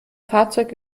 fahrzeug